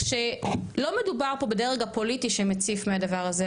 כשלא מדובר פה בדרג הפוליטי שמציף מהדבר הזה,